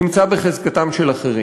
נמצא בחזקתם של אחרים.